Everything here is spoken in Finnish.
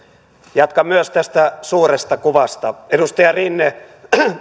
jatkan myös tästä suuresta kuvasta edustaja rinne